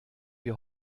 wir